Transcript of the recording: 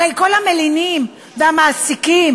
הרי כל המלינים והמעסיקים,